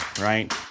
right